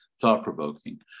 thought-provoking